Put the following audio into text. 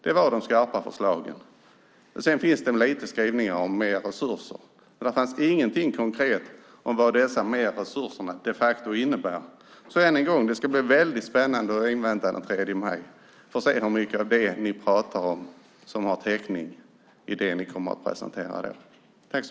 Det var de skarpa förslagen. Sedan fanns det också lite skrivningar om mer resurser, men där fanns ingenting konkret om vad dessa resurser de facto innebär. Än en gång: Det är väldigt spännande att invänta den 3 maj för att se hur mycket av det som ni pratar om som har täckning i det ni kommer att presentera då.